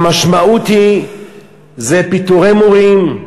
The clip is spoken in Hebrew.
המשמעות היא פיטורי מורים,